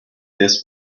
this